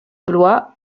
blois